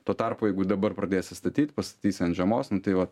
tuo tarpu jeigu dabar pradėsi statyt pastatysi ant žiemos nu tai va